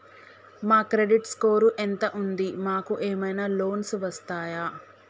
మా credit score ఎంత ఉంది? మాకు ఏమైనా లోన్స్ వస్తయా?